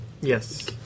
yes